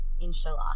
inshallah